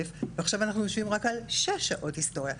ועכשיו אנחנו יושבים רק על שש שעות היסטוריה.